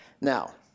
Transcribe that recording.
Now